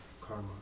karma